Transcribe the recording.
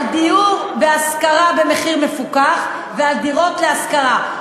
על דיור בהשכרה במחיר מפוקח ועל דירות להשכרה.